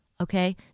Okay